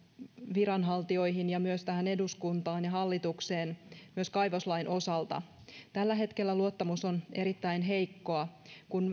viranhaltijoihin ja myös tähän eduskuntaan ja hallitukseen myös kaivoslain osalta tällä hetkellä luottamus on erittäin heikkoa kun